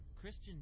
Christian